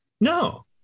No